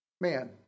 man